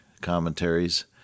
commentaries